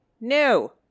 no